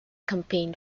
campaign